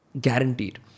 guaranteed